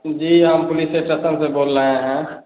जी आप police station से बोल रहे हैं